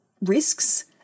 risks